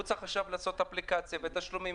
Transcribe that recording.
הוא צריך עכשיו לעשות אפליקציה ותשלומים,